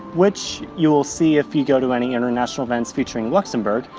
which you will see if you go to any international events featuring luxembourg,